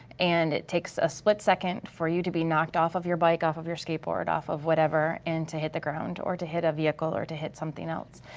and it takes a split second for you to be knocked off of your bike, off of your skateboard, off of whatever, and to hit the ground or to hit a vehicle or to hit something else.